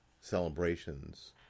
celebrations